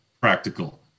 practical